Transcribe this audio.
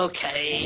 Okay